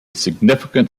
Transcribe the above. significant